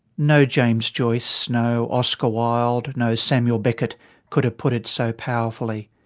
no james joyce, no oscar wilde, no samuel beckett could have put it so powerfully.